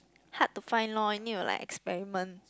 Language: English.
hard to find lor you need to like experiment